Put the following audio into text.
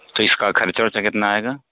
تو اس کا خرچہ ورچہ کتنا آئے گا